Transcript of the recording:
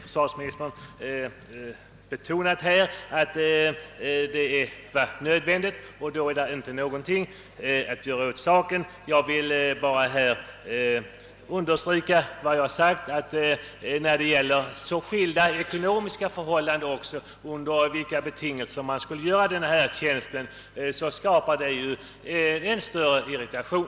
Försvarsministern har betonat att åtgärden har varit nödvändig, och då är det ingenting att göra åt saken. Jag vill bara än en gång understryka, att när så lika uppgifter skall utföras under samma tid, med så skilda ekonomiska betingelser skapas än större irritation.